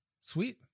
sweet